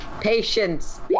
Patience